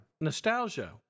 Nostalgia